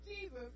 Jesus